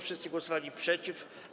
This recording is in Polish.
Wszyscy głosowali przeciw.